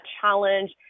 challenge